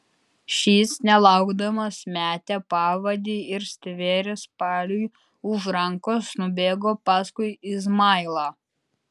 šis nelaukdamas metė pavadį ir stvėręs paliui už rankos nubėgo paskui izmailą